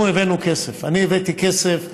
אנחנו הבאנו כסף, אני הבאתי כסף.